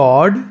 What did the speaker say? God